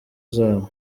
zabo